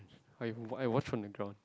like I wash from the drown